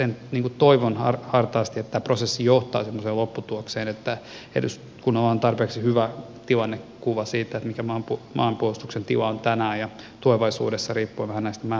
kyllä minä toivon hartaasti että tämä prosessi johtaa semmoiseen lopputulokseen että eduskunnalla on tarpeeksi hyvä tilannekuva siitä mikä maanpuolustuksen tila on tänään ja tulevaisuudessa riippuen vähän näistä määrärahoista